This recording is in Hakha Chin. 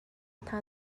hna